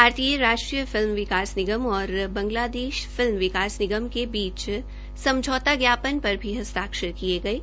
भारतीय राष्ट्रीय फिल्म विकास निगम और बांगला फिल्म विकास निगम के बीच समझौता ज्ञापन पर भी हस्ताक्षर किये गये